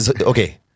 okay